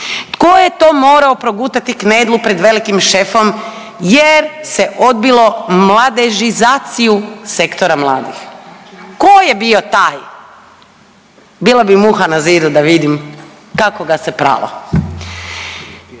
Tko je to morao progutati knedlu pred velikim šefom jer se odbilo mladežizaciju sektora mladi? Tko je bio taj? Bila bi muha na zidu da vidim kako ga se pralo.